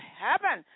heaven